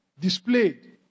displayed